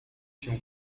się